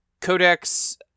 Codex